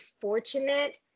fortunate